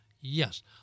yes